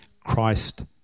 Christ